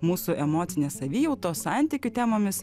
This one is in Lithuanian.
mūsų emocinės savijautos santykių temomis